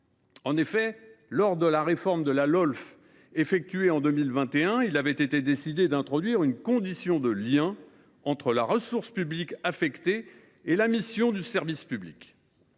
2022. Lors de la réforme de la Lolf de 2021, il avait été décidé d’introduire une condition de lien entre la ressource publique affectée et la mission de service public.